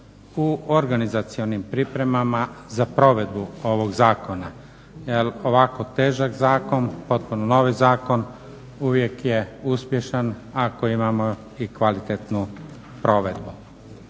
u organizacionim pripremama za provedbu ovog zakona. Jer ovako težak zakon, potpuno novi zakon uvijek je uspješan ako imamo i kvalitetnu provedbu.